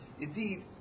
Indeed